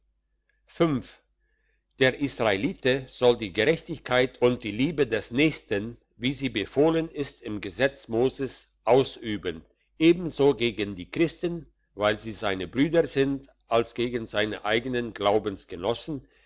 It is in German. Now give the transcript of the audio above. der israelite soll die gerechtigkeit und die liebe des nächsten wie sie befohlen ist im gesetz moses ausüben ebenso gegen die christen weil sie seine brüder sind als gegen seine eigenen